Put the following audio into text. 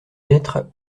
maître